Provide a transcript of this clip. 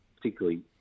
particularly